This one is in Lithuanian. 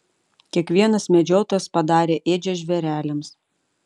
kiekvienas medžiotojas padarė ėdžias žvėreliams